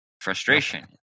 frustration